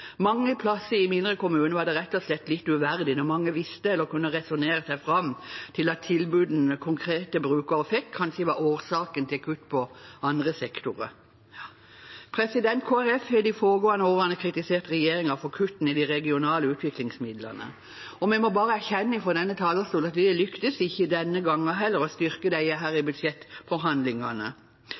Mange steder i mindre kommuner var det rett og slett uverdig når mange visste eller kunne resonnere seg fram til at tilbudene konkrete brukere fikk, kanskje var årsaken til kutt i andre sektorer. Kristelig Folkeparti har de foregående årene kritisert regjeringen for kuttene i de regionale utviklingsmidlene. Vi må bare erkjenne fra denne talerstolen at vi lyktes ikke denne gangen heller med å styrke dette i budsjettforhandlingene.